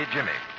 Jimmy